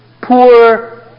poor